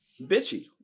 bitchy